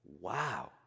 Wow